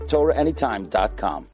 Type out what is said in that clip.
TorahAnytime.com